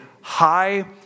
high